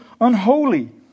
unholy